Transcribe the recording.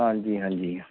ਹਾਂਜੀ ਹਾਂਜੀ